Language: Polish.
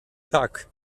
tak